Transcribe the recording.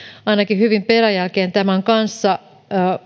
ainakin hyvin peräjälkeen tämän kanssa